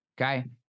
okay